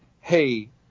Hey